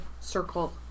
circle